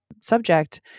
subject